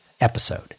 episode